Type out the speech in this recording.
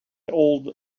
old